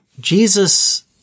Jesus